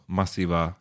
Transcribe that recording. massiva